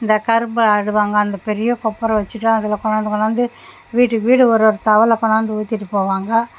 அந்த கரும்பு நடுவாங்க அந்த பெரிய கொப்பரை வச்சிட்டு அதில் கொண்டாந்து கொண்டாந்து வீட்டுக்கு வீடு ஒரு ஒரு தவலை கொண்டாந்து ஊற்றிட்டு போவாங்க